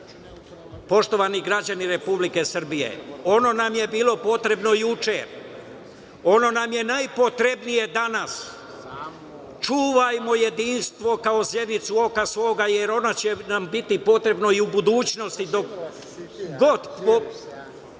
Poštovani građani Republike Srbije, ono nam je bilo potrebno juče, ono nam je najpotrebnije danas. Čuvajmo jedinstvo3/2 GD/LjLkao zenicu oka svoga, jer ono će nam biti potrebno i u budućnosti,